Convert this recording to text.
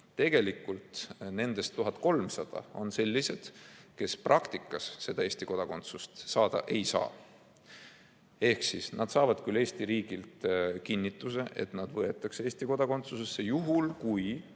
Tegelikult nendest lastest 1300 on sellised, kes praktikas Eesti kodakondsust saada ei saa. Ehk siis nad saavad küll Eesti riigilt kinnituse, et nad võetakse Eesti kodakondsusesse sellel